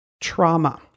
trauma